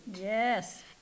Yes